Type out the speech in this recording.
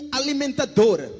alimentador